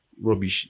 rubbish